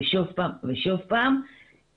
ושוב פעם ושוב פעם,